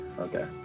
Okay